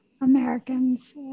Americans